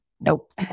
Nope